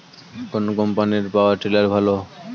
কোন কম্পানির power tiller ভালো?